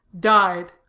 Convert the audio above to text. died.